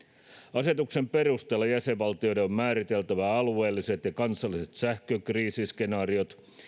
asetuksen perusteella jäsenvaltioiden on määriteltävä alueelliset ja kansalliset sähkökriisiskenaariot